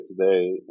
today